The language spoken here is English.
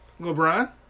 LeBron